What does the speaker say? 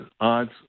odds